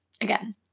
Again